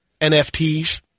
NFTs